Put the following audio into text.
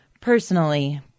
personally